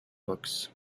books